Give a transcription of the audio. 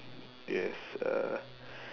yes uh